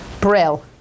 Brill